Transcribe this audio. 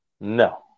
No